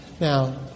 Now